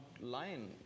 lying